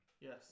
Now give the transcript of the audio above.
Yes